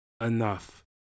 enough